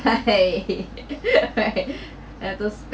buy right to spend